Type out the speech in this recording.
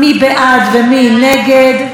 מי בעד ומי נגד?